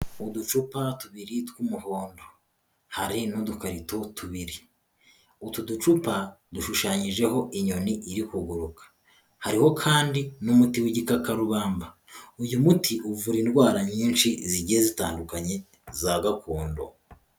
U ducupa tubiri tw'umuhondo, hari n'udukarito tubiri, utu ducupa dushushanyijeho inyoni iri kuguruka hariho kandi n'umuti w'igikakarubamba, uyu muti uvura indwara nyinshi zigiye zitandukanye za gakondo.